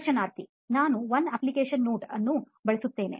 ಸಂದರ್ಶನಾರ್ಥಿ ನಾನು One application Noteನ್ನು ಬಳಸುತ್ತೇನೆ